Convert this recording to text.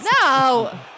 No